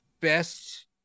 best